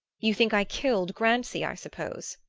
you think i killed grancy, i suppose?